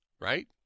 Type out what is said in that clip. right